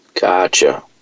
Gotcha